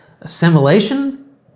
assimilation